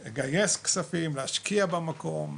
זה לגייס כספים, להשקיע במקום,